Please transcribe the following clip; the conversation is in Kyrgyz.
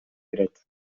кирет